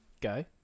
Go